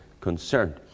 concerned